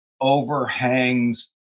overhangs